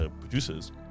producers